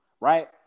Right